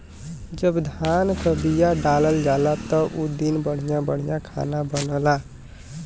जब धान क बिया डालल जाला त उ दिन बढ़िया बढ़िया खाना बनला